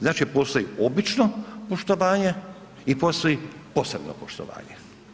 Znači postoji obično poštovanje i postoji posebno poštovanje.